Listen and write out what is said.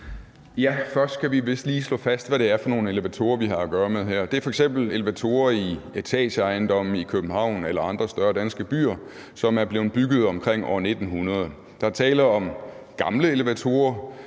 vi vist lige slå fast, hvad det er for nogle elevatorer, vi har at gøre med her. Det er f.eks. elevatorer i etageejendomme i København eller andre større danske byer, som er blevet bygget omkring år 1900. Der er tale om gamle elevatorer,